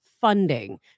funding